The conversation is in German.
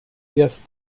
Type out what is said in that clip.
erst